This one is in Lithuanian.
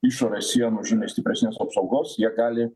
išorės sienų žymiai stipresnės apsaugos jie gali